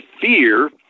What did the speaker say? fear